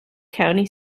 county